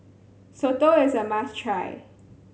soto is a must try